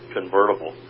Convertible